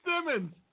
Simmons